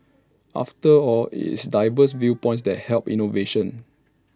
after all IT is diverse viewpoints that help innovation